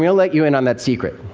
you know let you in on that secret.